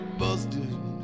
busted